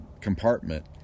compartment